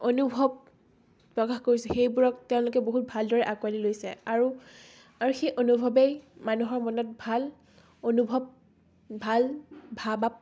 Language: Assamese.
অনুভৱ প্ৰকাশ কৰিছোঁ সেইবোৰক তেওঁলোকে বহুত ভালদৰে আঁকোৱালি লৈছে আৰু আৰু সেই অনুভৱেই মানুহৰ মনত ভাল অনুভৱ ভাল ভাৱ